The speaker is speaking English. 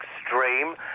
extreme